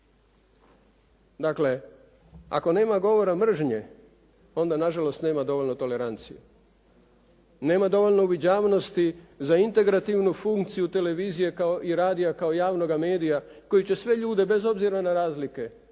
Dakle ako nema govora mržnje, onda na žalost nema dovoljno tolerancije. Nema dovoljno uviđavnosti za integrativnu funkciju televizije i radija kao javnoga medija koji će sve ljude bez obzira na razlike